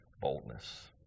boldness